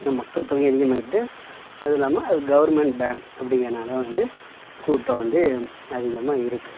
மக்கள் தொகையும் அதிகமாகிட்டு அதுவும் இல்லாமல் அது கவுர்மெண்ட் பேங்க் அப்டிங்கிறதுனால வந்து கூட்டம் வந்து அதிகமாக இருக்கு